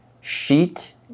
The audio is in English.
sheet